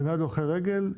ומיועד להולכי רגל,